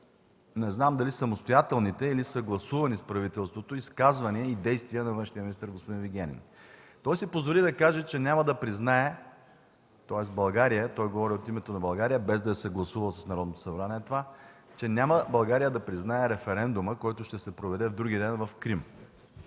не знам дали самостоятелните, или съгласувани с правителството изказвания и действия на външния министър господин Вигенин. Той си позволи да каже, че България няма да признае – говори от името на България, без да е съгласувал с Народното събрание това, референдума, който ще се проведе вдругиден в Крим.